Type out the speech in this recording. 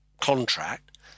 contract